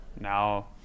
now